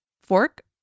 fork